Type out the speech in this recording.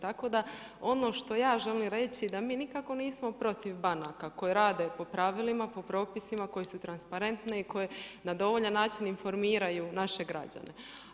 Tako da ono što ja želim reći da mi nikako nismo protiv banaka koje rade po pravilima, po propisima koji su transparentni i koji na dovoljan način informiraju naše građane.